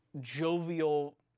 jovial